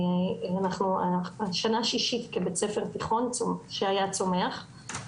אנחנו שנה שישית כבית ספר תיכון, שהיה צומח.